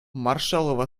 маршалловы